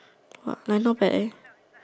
!wah! might not bad eh